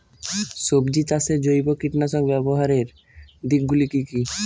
সবজি চাষে জৈব কীটনাশক ব্যাবহারের দিক গুলি কি কী?